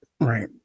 right